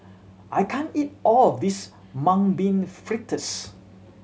I can't eat all of this Mung Bean Fritters